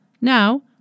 Now